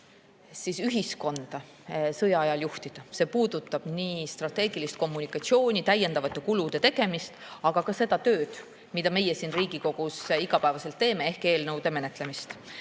kuidas ühiskonda sõja ajal juhtida. See puudutab nii strateegilist kommunikatsiooni, täiendavate kulude tegemist kui ka seda tööd, mida meie siin Riigikogus igapäevaselt teeme, ehk eelnõude menetlemist.